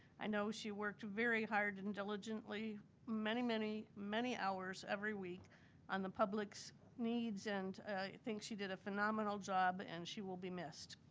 i know she worked very hard and diligently many, many, many hours every week on the public's needs. and i think she did a phenomenal job, and she will be missed,